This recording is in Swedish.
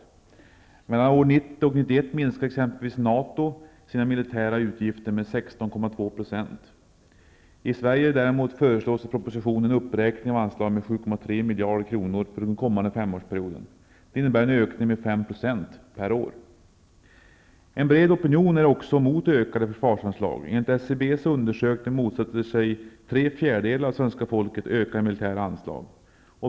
Mellan åren 1990 och 1991 minskade exempelvis NATO sina militära utgifter med 16,2 %. I Sverige däremot föreslås i propositionen en uppräkning av anslagen med 7,3 miljarder kronor för den kommande femårsperioden. Det innebär en ökning med 5 % En bred opinion är också emot ökningen av försvarsanslagen. Enligt SCB:s undersökning motsätter sig tre fjärdedelar av svenska folket en ökning av de militära anslagen.